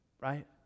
right